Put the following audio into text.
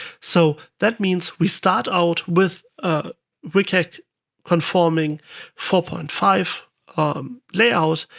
so that means we start out with wcag conforming four point five layout,